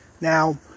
Now